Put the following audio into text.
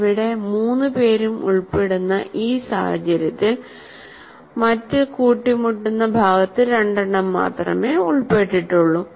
ഇവിടെ മൂന്ന് പേരും ഉൾപ്പെടുന്ന ഈ സാഹചര്യത്തിൽ മറ്റ് കൂട്ടിമുട്ടുന്ന ഭാഗത്തു രണ്ടെണ്ണം മാത്രമേ ഉൾപ്പെട്ടിട്ടുള്ളൂ